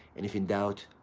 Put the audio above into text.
and if in doubt,